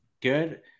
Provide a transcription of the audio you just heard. good